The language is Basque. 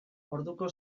orduko